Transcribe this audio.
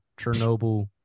Chernobyl